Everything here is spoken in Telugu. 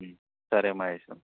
సరే మహేషు